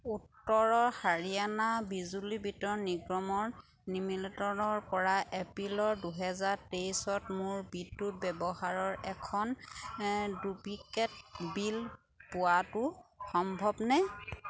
উত্তৰৰ হাৰিয়ানা বিজলী বিতৰণ নিগমৰ লিমিলিটনৰ পৰা এপ্ৰিলৰ দুহেজাৰ তেইছত মোৰ বিদ্যুৎ ব্যৱহাৰৰ এখন ডুপ্লিকেট বিল পোৱাটো সম্ভৱনে